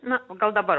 na gal dabar